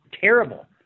terrible